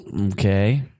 Okay